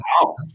wow